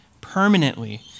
permanently